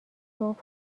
صبح